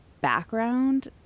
background